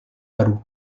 baru